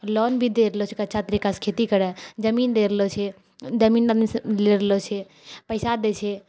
loan भी देलो जाइ छै कि ओ अच्छा तरिकासँ खेती करै जमीन दे रहलो छै जमीन आदमीसँ ले रहलो छै पैसा देइ छै